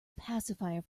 pacifier